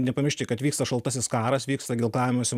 nepamiršti kad vyksta šaltasis karas vyksta ginklavimosi